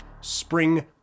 Spring